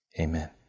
amen